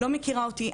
לא מכירה אותי,